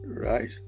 right